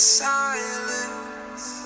silence